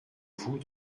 vous